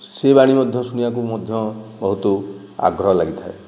ସିଏ ବାଣୀ ମଧ୍ୟ ଶୁଣିବାକୁ ମଧ୍ୟ ବହୁତ ଆଗ୍ରହ ଲାଗିଥାଏ